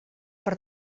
per